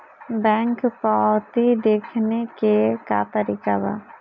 Bank पवती देखने के का तरीका बा?